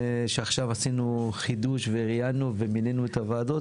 שעכשיו עשינו חידוש וראיינו ומינינו את הוועדות